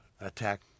attack